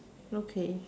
okay